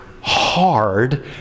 hard